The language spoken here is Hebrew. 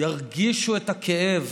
ירגישו את הכאב